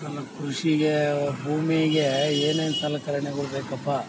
ನಮ್ಮ ಕೃಷಿಗೆ ಭೂಮಿಗೆ ಏನೇನು ಸಲಕರ್ಣೆಗಳು ಬೇಕಪ್ಪ